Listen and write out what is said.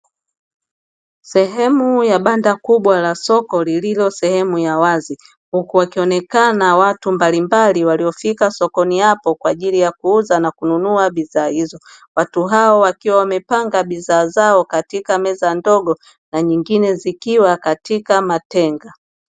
Sehemu ya banda kubwa la soko lililo sehemu ya wazi, huku wakionekana watu mbalimbali waliofika sokoni hapo kwa ajili ya kuuza na kununua bidhaa hizo, watu hao wakiwa wamepanga bidhaa zao katika meza ndogo na nyingine zikiwa katika matenga.